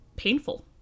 Painful